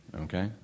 okay